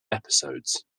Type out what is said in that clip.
episodes